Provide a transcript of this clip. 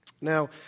Now